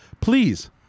please